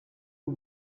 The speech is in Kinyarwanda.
ubu